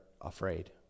afraid